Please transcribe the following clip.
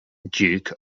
duke